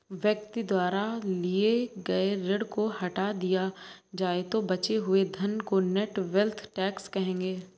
व्यक्ति द्वारा लिए गए ऋण को हटा दिया जाए तो बचे हुए धन को नेट वेल्थ टैक्स कहेंगे